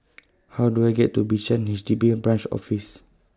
How Do I get to Bishan H D B Branch Office